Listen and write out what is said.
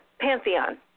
pantheon